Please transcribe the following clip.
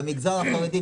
במגזר החרדי,